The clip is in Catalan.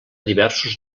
diversos